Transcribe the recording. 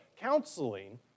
counseling